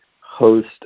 host